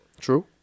True